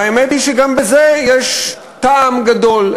והאמת היא שגם בזה יש טעם גדול.